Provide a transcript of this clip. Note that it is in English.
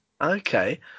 Okay